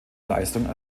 leistung